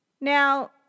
Now